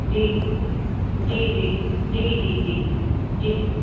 जी जी जी जी जी जी जी